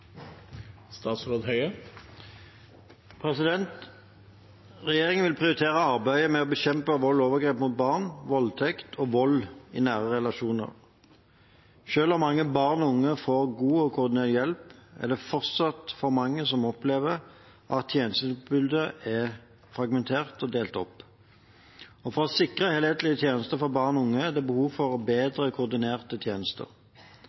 vil prioritere arbeidet med å bekjempe vold og overgrep mot barn, voldtekt og vold i nære relasjoner. Selv om mange barn og unge får god og koordinert hjelp, er det fortsatt for mange som opplever at tjenestetilbudet er fragmentert, delt opp. For å sikre helhetlige tjenester for barn og unge er det behov for